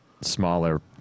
smaller